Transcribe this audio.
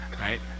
right